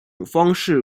方式